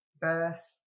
birth